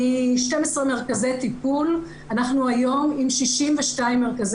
מ-12 מרכזי טיפול אנחנו היום עם 62 מרכזי